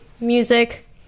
Music